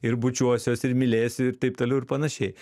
ir bučiuosiuos ir mylėsiu ir taip toliau ir panašiai